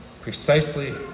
precisely